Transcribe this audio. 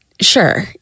sure